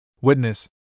Witness